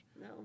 No